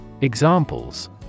Examples